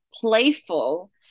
playful